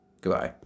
Goodbye